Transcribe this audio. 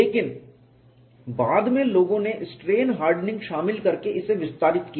लेकिन बाद में लोगों ने स्ट्रेन हार्डनिंग शामिल करके इसे विस्तारित किया